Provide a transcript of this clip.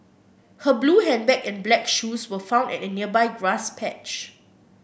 her blue handbag and black shoes were found at a nearby grass patch